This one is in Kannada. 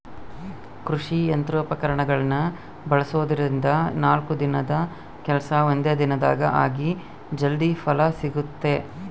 ಕೃಷಿ ಯಂತ್ರೋಪಕರಣಗಳನ್ನ ಬಳಸೋದ್ರಿಂದ ನಾಲ್ಕು ದಿನದ ಕೆಲ್ಸ ಒಂದೇ ದಿನದಾಗ ಆಗಿ ಜಲ್ದಿ ಫಲ ಸಿಗುತ್ತೆ